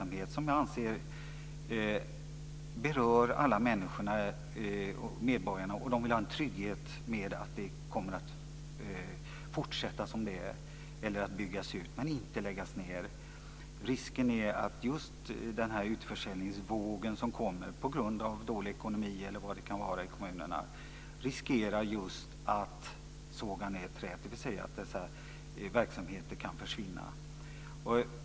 Men medborgarna vill kunna känna trygghet och vill att den viktiga verksamheten ska fortsätta att drivas eller byggas ut, men inte att den ska läggas ned. Risken är att t.ex. dålig ekonomi i kommunerna leder till en utförsäljningsvåg som gör att trädet sågas ned, dvs. att verksamheter försvinner.